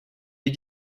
est